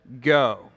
go